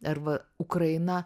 ar va ukraina